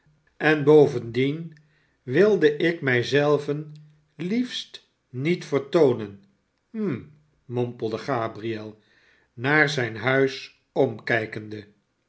sen bovendien wilde ik mij zelven liefst niet vertoonen hm mompelde gabriel naar zijn huis omkijkende